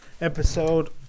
episode